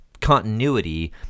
continuity